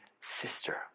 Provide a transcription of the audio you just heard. sister